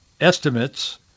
estimates